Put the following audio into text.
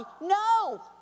No